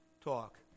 talk